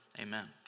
Amen